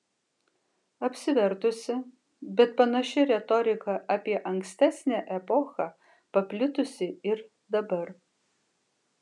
apsivertusi bet panaši retorika apie ankstesnę epochą paplitusi ir dabar